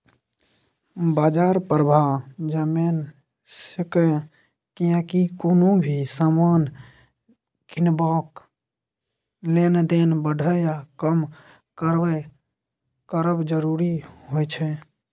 बाजार प्रभाव जनैम सकेए कियेकी कुनु भी समान किनबाक लेल दाम बढ़बे या कम करब जरूरी होइत छै